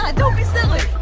ah don't be silly.